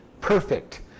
perfect